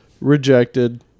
rejected